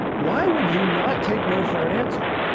why would you not take no for an answer?